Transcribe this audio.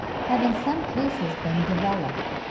have in some cases been developed.